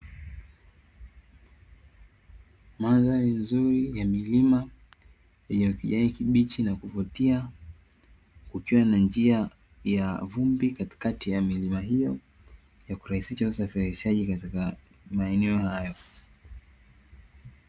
Mandhari nzuri yenye milima yenye kijani kibichi na yenye kuvutia kukiwa na njia ya vumbi katikati ya milima hiyo ya kurahisisha usafirishaji katika maeneo hayo.